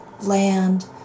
land